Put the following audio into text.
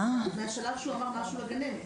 מהשלב שהוא אמר משהו לגננת.